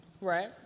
Right